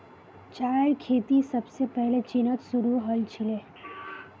चायेर खेती सबसे पहले चीनत शुरू हल छीले